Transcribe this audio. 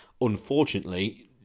Unfortunately